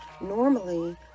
Normally